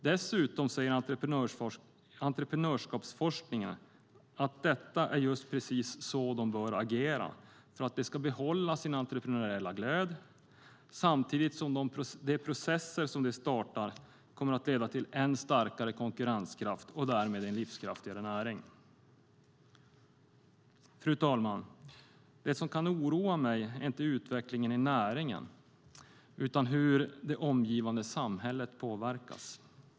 Dessutom säger entreprenörskapsforskningen att det är just precis så de bör agera för att de ska behålla sin entreprenöriella glöd, samtidigt som de processer de startar kommer att leda till än starkare konkurrenskraft och därmed en livskraftigare näring. Fru talman! Det som kan oroa mig är inte utvecklingen i näringen utan hur det omgivande samhället påverkas.